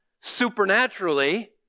supernaturally